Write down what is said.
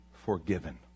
forgiven